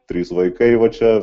trys vaikai va čia